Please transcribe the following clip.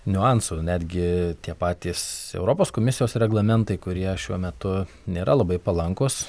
niuansų netgi tie patys europos komisijos reglamentai kurie šiuo metu nėra labai palankūs